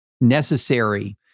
necessary